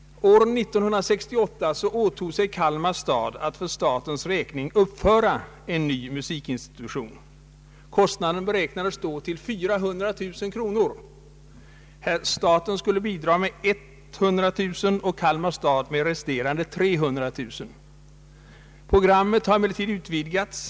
År 1968 åtog sig Kalmar stad att för statens räkning uppföra en ny musikinstitution. Kostnaden beräknades då till 400 000 kronor. Staten skulle bidra med 100000 kronor och Kalmar stad med resterande 300 000 kronor. Programmet har emellertid utvidgats.